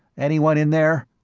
anyone in there?